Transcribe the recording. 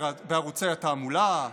בערוצי התעמולה,